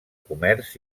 comerç